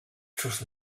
trust